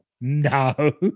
No